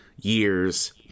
years